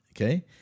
okay